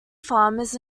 farmers